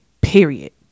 period